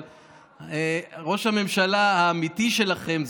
אבל ראש הממשלה האמיתי שלכם,